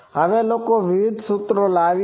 હવે લોકો વિવિધ સૂત્રો લાવ્યા છે